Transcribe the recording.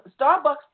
Starbucks